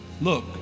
look